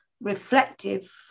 reflective